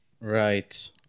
Right